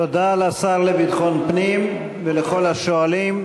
תודה לשר לביטחון פנים ולכל השואלים.